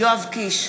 יואב קיש,